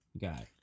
guy